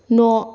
न'